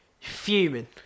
Fuming